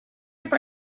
for